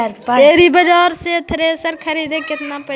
एग्रिबाजार से थ्रेसर खरिदे में केतना पैसा लग जितै?